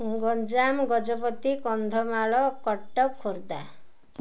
Ganjam Gajapati Kandhamal Cuttack Khordha